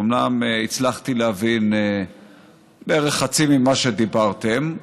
אומנם הצלחתי להבין בערך חצי ממה שדיברתם,